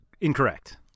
Incorrect